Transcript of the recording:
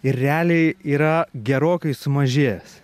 ir realiai yra gerokai sumažėjęs